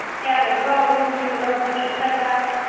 and as well, it wouldn't meet the residential setbacks.